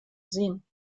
sehen